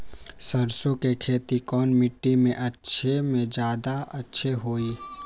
सरसो के खेती कौन मिट्टी मे अच्छा मे जादा अच्छा होइ?